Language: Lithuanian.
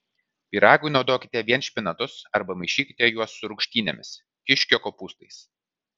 pyragui naudokite vien špinatus arba maišykite juos su rūgštynėmis kiškio kopūstais